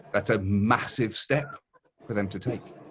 that's a massive step for them to take.